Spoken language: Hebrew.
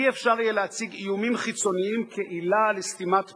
לא יהיה אפשר להציג איומים חיצוניים כעילה לסתימת פיות.